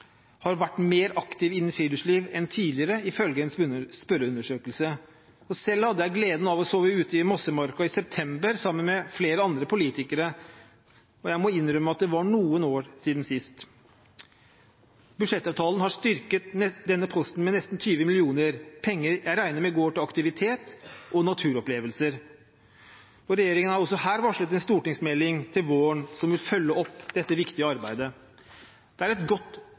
har vært mer aktive innen friluftsliv enn tidligere, ifølge en spørreundersøkelse. Selv hadde jeg gleden av å sove ute i Mossemarka i september sammen med flere andre politikere, og jeg må innrømme at det var noen år siden sist. Budsjettavtalen har styrket denne posten med nesten 20 mill. kr, penger jeg regner med går til aktivitet og naturopplevelser. Regjeringen har også her varslet en stortingsmelding til våren som vil følge opp dette viktige arbeidet. Det er et godt